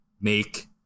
make